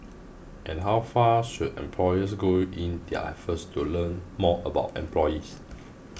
and how far should employers go in their efforts to learn more about employees